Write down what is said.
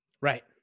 right